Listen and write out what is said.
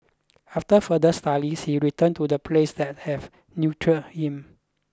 after further studies he returned to the place that have nurtured him